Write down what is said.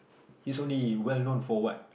he's only well known for what